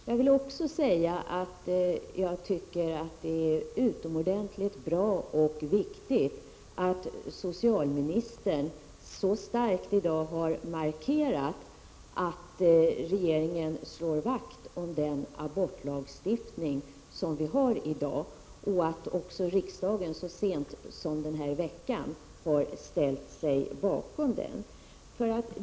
Jag vill också säga att det är utomordentligt bra och viktigt att socialministern i dag så starkt har markerat att regeringen slår vakt om den abortlagstiftning som vi har i dag och att också riksdagen så sent som i denna vecka har ställt sig bakom den.